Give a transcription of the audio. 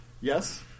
Yes